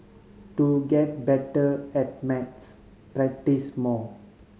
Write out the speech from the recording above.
to get better at maths practise more